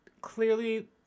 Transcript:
clearly